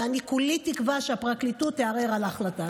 ואני כולי תקווה שהפרקליטות תערער על ההחלטה הזו.